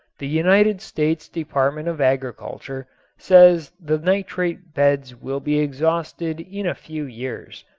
the united states department of agriculture says the nitrate beds will be exhausted in a few years.